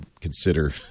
consider